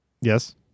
Yes